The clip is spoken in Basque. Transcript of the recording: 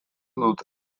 dute